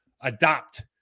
adopt